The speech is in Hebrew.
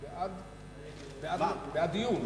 בעד דיון.